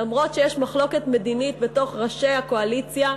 אף שיש מחלוקת מדינית בין ראשי הקואליציה,